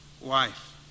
wife